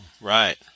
Right